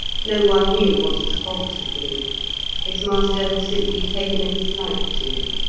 no one knew what his fault had been his master had simply taken a dislike to him.